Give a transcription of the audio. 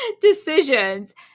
decisions